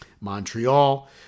Montreal